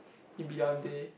he brillante